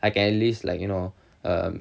I can at least like you know err